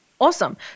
Awesome